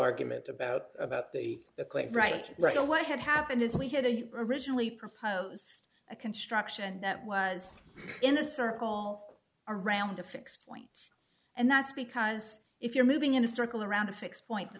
argument about about the claim right right now what had happened is we had a originally proposed a construction that was in a circle around a fixed point and that's because if you're moving in a circle around a fixed point